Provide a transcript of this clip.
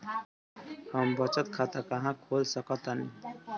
हम बचत खाता कहां खोल सकतानी?